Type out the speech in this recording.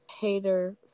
hater